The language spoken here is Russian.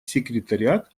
секретариат